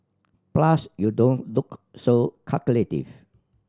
plus you don't look so calculative